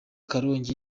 karongi